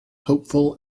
hopeful